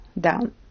down